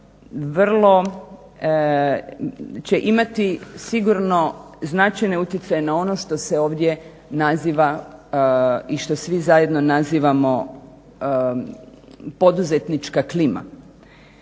popis će imati sigurno značajne utjecaje na ono što se ovdje naziva i što svi zajedno nazivamo poduzetnička klima.